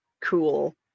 cool